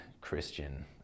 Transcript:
Christian